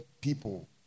people